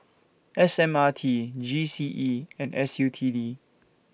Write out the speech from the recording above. S M R T G C E and S U T D